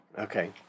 Okay